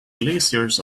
glaciers